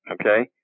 Okay